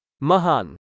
Mahan